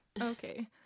Okay